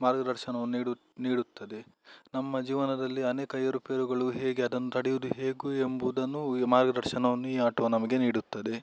ಮಾರ್ಗದರ್ಶನವನ್ನು ನೀಡುತ್ತದೆ ನಮ್ಮ ಜೀವನದಲ್ಲಿ ಅನೇಕ ಏರುಪೇರುಗಳು ಹೇಗೆ ಅದನ್ನು ತಡೆಯುವುದು ಹೇಗೆ ಎಂಬುದನ್ನು ಈ ಮಾರ್ಗದರ್ಶನವನ್ನು ಈ ಆಟವು ನಮಗೆ ನೀಡುತ್ತದೆ